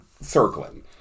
circling